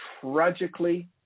tragically